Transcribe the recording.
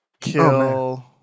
kill